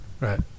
right